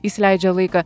jis leidžia laiką